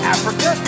Africa